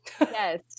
Yes